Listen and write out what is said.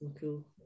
Cool